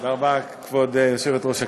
תודה רבה, כבוד היושבת-ראש.